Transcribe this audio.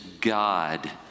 God